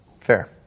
Fair